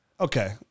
Okay